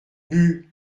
but